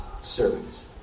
servants